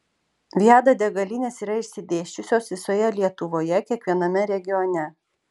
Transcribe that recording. viada degalinės yra išsidėsčiusios visoje lietuvoje kiekviename regione